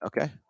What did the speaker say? Okay